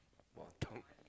Batam